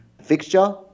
fixture